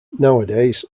nowadays